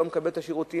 שלא מקבל את השירותים.